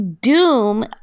Doom